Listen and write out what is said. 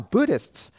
Buddhists